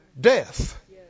Death